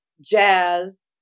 jazz